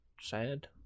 sad